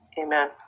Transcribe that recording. Amen